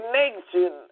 nation